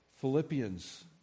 Philippians